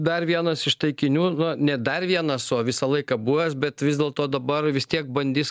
dar vienas iš taikinių nu ne dar vienas o visą laiką buvęs bet vis dėlto dabar vis tiek bandys